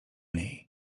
niej